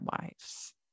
wives